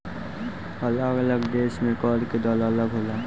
अलग अलग देश में कर के दर अलग होला